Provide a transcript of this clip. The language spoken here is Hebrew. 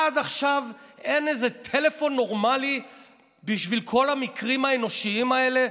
עד עכשיו אין איזה טלפון נורמלי בשביל כל המקרים האנושיים האלה,